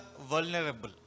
vulnerable